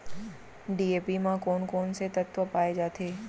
DAP म कोन कोन से तत्व पाए जाथे?